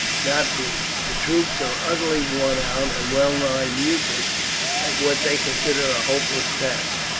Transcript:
not we. the troops are utterly worn out and well nigh mutinous at what they consider a hopeless task.